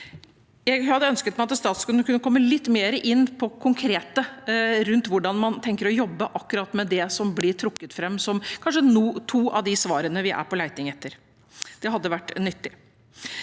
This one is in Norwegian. Jeg hadde ønsket meg at statsråden kunne komme litt mer inn på det konkrete rundt hvordan man tenker å jobbe med akkurat det som blir trukket fram som kanskje to av de svarene vi er på leting etter. Det hadde vært nyttig.